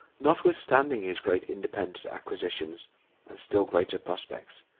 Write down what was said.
notwithstanding his great independent acquisitions, and still greater prospects.